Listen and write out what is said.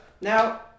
Now